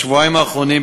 בשבועיים האחרונים,